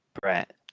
Brett